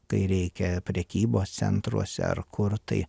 kai reikia prekybos centruose ar kur tai